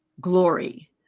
glory